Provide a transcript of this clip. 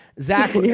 Zach